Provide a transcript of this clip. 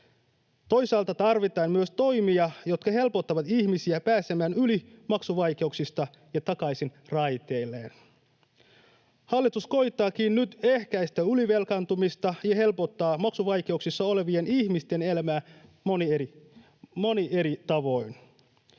Toisaalta tarvitaan myös toimia, jotka helpottavat ihmisiä pääsemään yli maksuvaikeuksista ja takaisin raiteilleen. Hallitus koettaakin nyt ehkäistä ylivelkaantumista ja helpottaa maksuvaikeuksissa olevien ihmisten elämää monin eri tavoin.